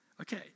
Okay